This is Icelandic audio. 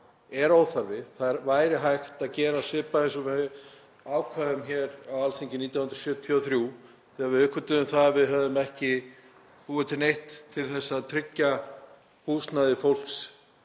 er óþarfi. Það væri hægt að gera svipað og við ákváðum hér á Alþingi 1973 þegar við uppgötvuðum að við höfðum ekki búið til neitt til að tryggja húsnæði fólks